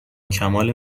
کمال